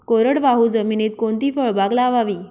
कोरडवाहू जमिनीत कोणती फळबाग लावावी?